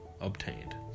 Obtained